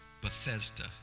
Bethesda